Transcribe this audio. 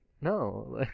no